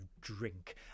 drink